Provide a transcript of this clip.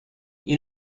you